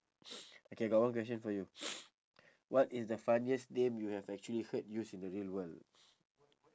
okay I got one question for you what is the funniest name you have actually heard used in the real world